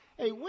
Hey